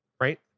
right